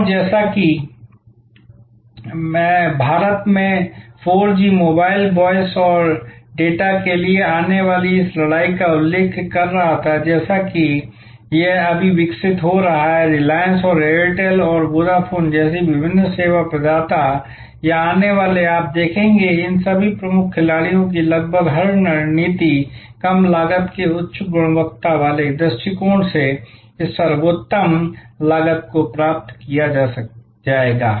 और जैसा कि मैं भारत में 4 जी मोबाइल वॉयस और डेटा के लिए आने वाली इस लड़ाई का उल्लेख कर रहा था जैसा कि यह अभी विकसित हो रहा है और रिलायंस और एयरटेल और वोडाफोन जैसे विभिन्न सेवा प्रदाता या आने वाले आप देखेंगे कि इन सभी प्रमुख खिलाड़ियों की लगभग हर रणनीति कम लागत के उच्च गुणवत्ता वाले दृष्टिकोण से इस सर्वोत्तम लागत को प्राप्त किया जाएगा